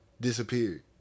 disappeared